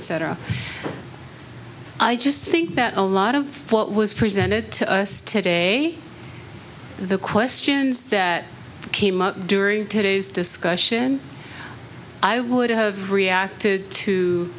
etc i just think that a lot of what was presented to us today the questions that came up during today's discussion i would have reacted to